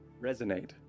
Resonate